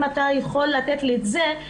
אם אתה יכול לתת לי את הנתון הזה.